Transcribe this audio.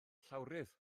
llawrydd